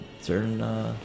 certain